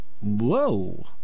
whoa